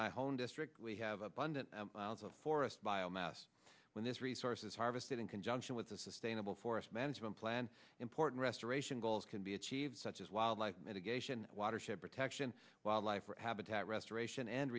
my home district we have abundant forest biomass when this resource is harvested in conjunction with a sustainable forest management plan important restoration goals can be achieved such as wildlife mitigation watershed protection wildlife habitat restoration and